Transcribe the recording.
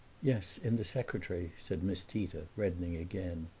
yes, in the secretary, said miss tita, reddening again.